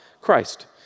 Christ